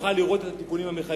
נוכל לראות את התיקונים המחייבים.